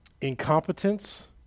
incompetence